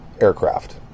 aircraft